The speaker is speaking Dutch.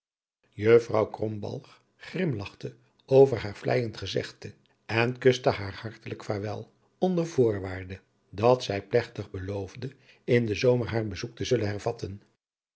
krombalg grimlachte over haar vleijend gezegde en kuste haar hartelijk vaarwel onder voorwaarde dat zij plegtig beloofde in den zomer haar bezoek te zullen hervatten